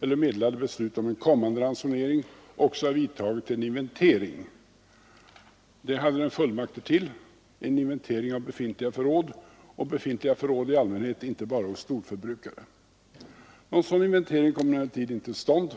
meddelade beslut om en kommande ransonering även kunde ha gjort en inventering — det hade den fullmakter till — av befintliga förråd i allmänhet, inte bara hos storförbrukare. Någon sådan inventering kom emellertid inte till stånd.